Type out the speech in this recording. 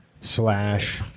slash